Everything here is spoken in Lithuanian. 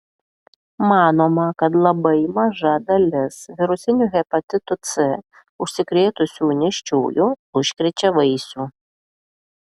manoma kad labai maža dalis virusiniu hepatitu c užsikrėtusių nėščiųjų užkrečia vaisių